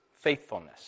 faithfulness